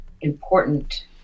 important